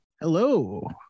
hello